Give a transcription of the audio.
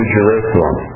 Jerusalem